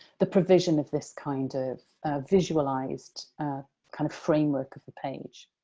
the provision of this kind of visualized kind of framework of the page.